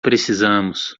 precisamos